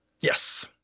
Yes